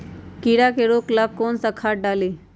कीड़ा के रोक ला कौन सा खाद्य डाली?